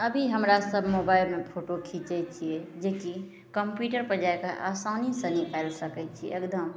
अभी हमरा सब मोबाइलमे फोटो खिचय छियै जेकी कम्प्यूटरपर जाकऽ आसानीसँ निकालि सकय छियै एकदम